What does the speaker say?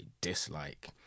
dislike